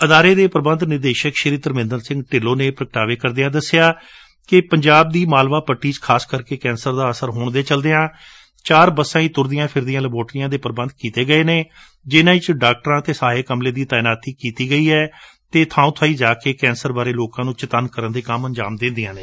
ਅਦਾਰੇ ਦੇ ਪ੍ਰਬੰਧ ਨਿਦੇਸ਼ਕ ਧਰਮੰਦਰ ਸਿੰਘ ਢਿੱਲੋਂ ਨੇ ਇਹ ਪ੍ਰਗਟਾਵੇ ਕਰਦਿਆਂ ਦਸਿਆ ਕਿ ਪੰਜਾਬ ਦੀ ਮਾਲਵਾ ਪੱਟੀ ਵਿਚ ਖਾਸ ਕਰਕੇ ਕੈਂਸਰ ਦਾ ਅਸਰ ਹੋਣ ਦੇ ਚਲਦਿਆਂ ਚਾਰ ਬਸਾਂ ਵਿਚ ਤੁਰਦੀਆਂ ਫਿਰਦੀਆਂ ਲੈਬਾਰਟਾਰੀਆਂ ਦਾ ਪ੍ਰਬੰਧ ਕੀਤਾ ਗਿਐ ਜਿਨਾਂ ਵਿਚ ਡਾਕਟਰਾਂ ਅਤੇ ਸਹਾਇਕ ਅਮਲੇ ਦੀ ਤਾਈਨਾਤੀ ਕੀਤੀ ਗਈ ਏ ਅਤੇ ਇਹ ਬਾਉਂ ਬਾਈਂ ਜਾ ਕੇ ਕੈਂਸਰ ਬਾਰੇ ਲੋਕਾਂ ਨੂੰ ਚਤੱਨ ਕਰਨ ਦੇ ਕੰਮ ਅੰਜਾਮ ਦਿੰਦੀਆਂ ਨੇ